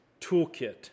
toolkit